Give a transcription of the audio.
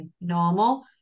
normal